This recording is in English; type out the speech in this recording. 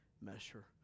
measure